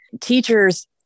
teachers